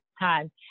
time